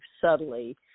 subtly